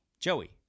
Joey